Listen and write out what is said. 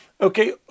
Okay